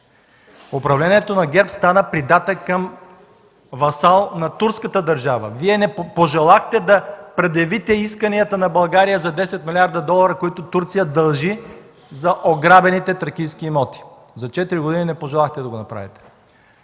Управлението на ГЕРБ стана придатък, васал на турската държава. Вие не пожелахте да предявите исканията на България за 10 млрд. долара, които Турция дължи за ограбените тракийски имоти. За четири години не пожелахте да го направите!